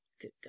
Good